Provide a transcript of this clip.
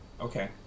Okay